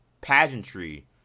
pageantry